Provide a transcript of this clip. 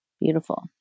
Beautiful